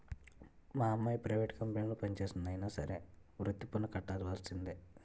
మా అమ్మాయి ప్రైవేట్ కంపెనీలో పనిచేస్తంది అయినా సరే వృత్తి పన్ను కట్టవలిసిందే